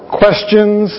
questions